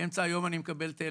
באמצע היום אני מקבל טלפון: